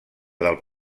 del